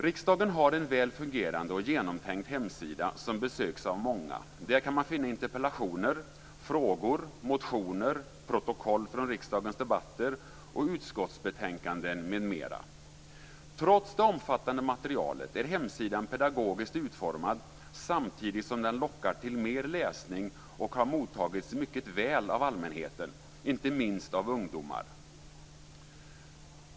Riksdagen har en väl fungerande och genomtänkt hemsida som besöks av många. Där kan man finna interpellationer, frågor, motioner, protokoll från riksdagens debatter och utskottsbetänkanden m.m. Trots det omfattande materialet är hemsidan pedagogiskt utformad samtidigt som den lockar till mer läsning, och den har mottagits mycket väl av allmänheten, inte minst av ungdomar.